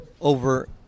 over